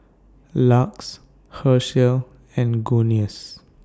LUX Herschel and Guinness